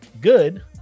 good